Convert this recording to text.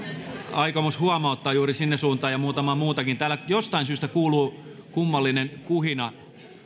aikomus huomauttaa juuri sinne suuntaan ja muutamaa muutakin täällä jostain syystä kuuluu kummallinen kuhina